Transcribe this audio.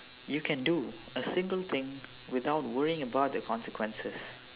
you can do a single thing without worrying about the consequences